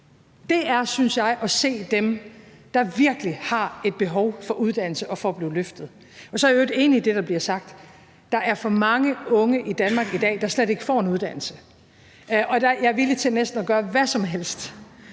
Det er, synes jeg, at se dem, der virkelig har et behov for uddannelse og for at blive løftet. Så er jeg i øvrigt enig i det, der bliver sagt. Der er for mange unge i Danmark i dag, der slet ikke får en uddannelse, og jeg er villig til at gøre næsten hvad som helst,